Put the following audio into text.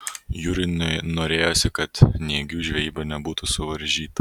jūriui norėjosi kad nėgių žvejyba nebūtų suvaržyta